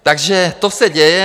Takže to se děje.